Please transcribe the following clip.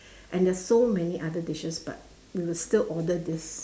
and there are so many other dishes but we will still order this